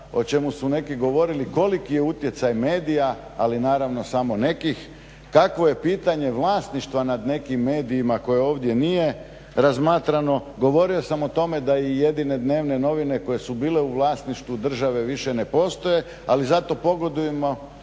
o čemu su neki govorili koliki je utjecaj medija ali naravno samo nekih, kakvo je pitanje vlasništva nad nekim medijima koje ovdje nije razmatrano. Govorio sam o tome da i jedine dnevne novine koje su bile u vlasništvu države više ne postoje. Ali zato pogodujemo